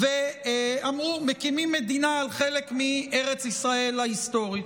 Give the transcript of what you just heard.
ואמרו: מקימים מדינה על חלק מארץ ישראל ההיסטורית.